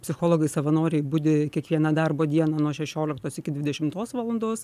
psichologai savanoriai budi kiekvieną darbo dieną nuo šešioliktos iki dvidešimtos valandos